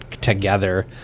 together